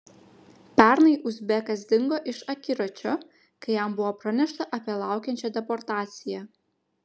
pernai uzbekas dingo iš akiračio kai jam buvo pranešta apie laukiančią deportaciją